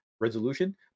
resolution